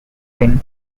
win